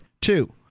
Two